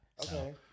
Okay